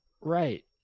Right